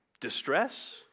distress